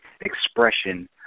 expression